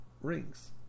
rings